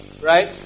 right